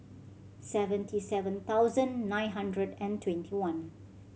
seventy seven thousand nine hundred and twenty one